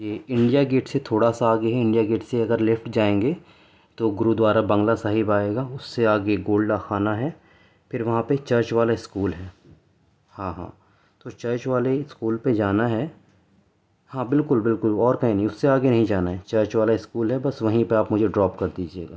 یہ India gate سے تھوڑا سا آگے ہے انڈیا گیٹ سے اگر لیفٹ جائیں گے تو گرو دوارا بنگلہ صاحب آئے گا اس سے آگے گول ڈاک خانہ ہے پھر وہاں پہ چرچ والا اسکول ہے ہاں ہاں تو چرچ والے اسکول پہ جانا ہے ہاں بالکل بالکل اور کہیں نہیں اس سے آگے نہیں جانا ہے چرچ والا اسکول ہے بس وہیں پہ آپ مجھے ڈراپ کر دیجیے گا